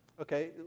Okay